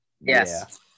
Yes